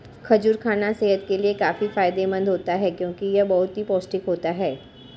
खजूर खाना सेहत के लिए काफी फायदेमंद होता है क्योंकि यह बहुत ही पौष्टिक होता है